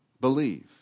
Believe